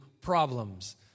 problems